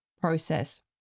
process